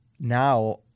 Now